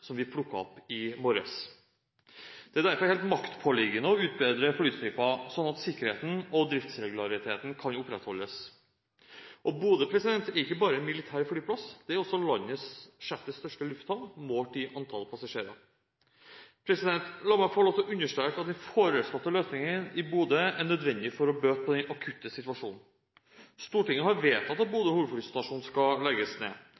som vi plukket opp i morges. Det er derfor helt maktpåliggende å utbedre flystripen, sånn at sikkerheten og driftsregulariteten kan opprettholdes. Bodø hovedflystasjon er ikke bare en militær flyplass, den er også landets sjette største lufthavn, målt i antall passasjerer. La meg få lov til å understreke at den foreslåtte løsningen i Bodø er nødvendig for å bøte på den akutte situasjonen. Stortinget har vedtatt at Bodø hovedflystasjon skal legges ned.